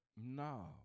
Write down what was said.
no